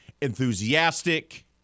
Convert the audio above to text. enthusiastic